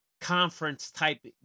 conference-type